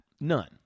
None